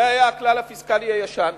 זה היה הכלל הפיסקלי הישן.